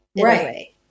Right